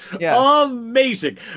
amazing